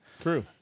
true